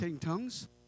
tongues